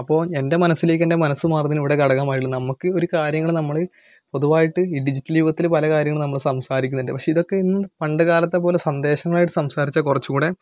അപ്പോൾ എൻ്റെ മനസ്സിലേക്ക് തന്നെ മനസ്സ് മാറുന്നതിന് ഇവിടെ ഘടകമായുള്ള നമുക്ക് ഒരു കാര്യങ്ങള് നമ്മള് പൊതുവായിട്ട് ഈ ഡിജിറ്റൽ യുഗത്തില് പല കാര്യങ്ങള് നമ്മൾ സംസാരിക്കുന്നുണ്ട് പക്ഷേ ഇതൊക്കെ ഇന്ന് പണ്ട്കാലത്തെപോലെ സന്ദേശങ്ങളായിട്ട് സംസാരിച്ചാൽ കുറച്ചും കൂടെ